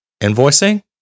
invoicing